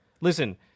listen